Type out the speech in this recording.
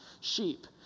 sheep